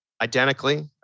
identically